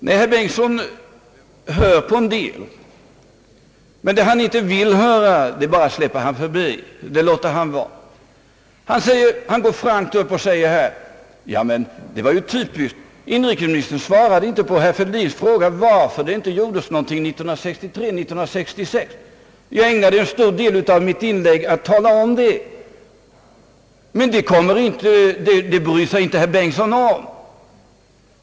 Nej, herr Bengtson hör på en del, men det han inte vill höra det bara släpper han förbi sig, det låter han vara. Han går frankt upp i talarstolen och säger: Det var ju typiskt, inrikesministern svarade inte på herr Fälldins fråga varför det inte gjordes något åren 1963—1966! Jag ägnade en större del av mitt tidigare inlägg till att tala om det, men det bryr sig inte herr Bengtson om.